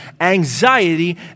anxiety